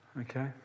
Okay